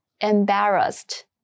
Embarrassed